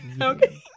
Okay